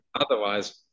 Otherwise